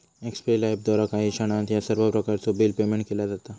एक्स्पे लाइफद्वारा काही क्षणात ह्या सर्व प्रकारचो बिल पेयमेन्ट केला जाता